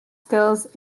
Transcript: skills